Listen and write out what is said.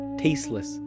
tasteless